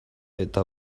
eta